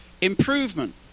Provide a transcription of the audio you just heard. improvement